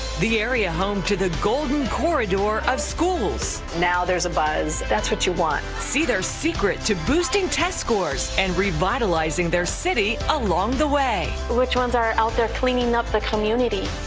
the area home to the golden corridor of schools. now there is a buzz. that's what you want. wendy see their secret to boosting test scores and revitalizing their city along the way. which ones are out there cleaning up the community?